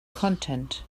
content